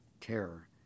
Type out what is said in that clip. terror